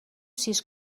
sis